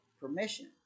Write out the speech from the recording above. permission